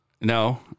No